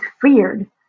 feared